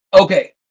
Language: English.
Okay